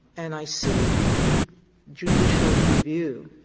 and i see judicial review,